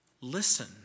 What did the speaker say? listen